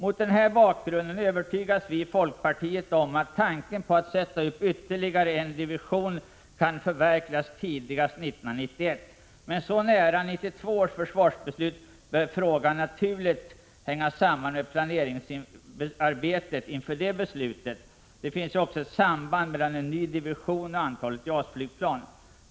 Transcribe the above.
Mot den här bakgrunden övertygades vi i folkpartiet om att tanken på att sätta upp ytterligare en division kan förverkligas tidigast 1991. Men så nära 1992 års försvarsbeslut bör frågan naturligt hänga samman med planeringsarbetet inför det beslutet. Det finns ju också ett samband mellan en ny division och antalet JAS-flygplan.